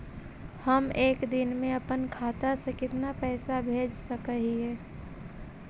हम एक दिन में अपन खाता से कितना पैसा भेज सक हिय?